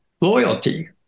loyalty